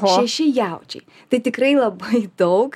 šeši jaučiai tai tikrai labai daug